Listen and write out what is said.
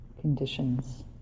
conditions